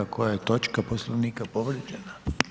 Koja točka Poslovnika povrijeđena?